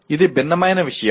ఇది భిన్నమైన విషయం